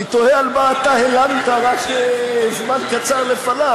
אני תוהה על מה אתה הלנת רק זמן קצר לפניו.